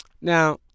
Now